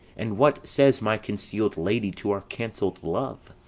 and what says my conceal'd lady to our cancell'd love?